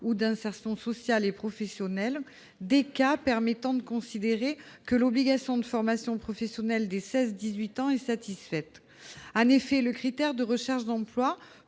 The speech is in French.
d'insertion sociale et professionnelle des cas permettant de considérer que l'obligation de formation professionnelle des jeunes de 16 ans à 18 ans est satisfaite. En effet, le critère de recherche d'emploi